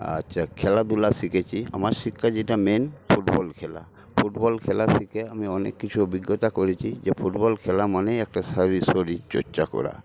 আচ্ছা খেলাধূলা শিখেছি আমার শিক্ষা যেটা মেন ফুটবল খেলা ফুটবল খেলা শিখে আমি অনেক কিছু অভিজ্ঞতা করেছি যে ফুটবল খেলা মানেই একটা শরীর শরীরচর্চা করা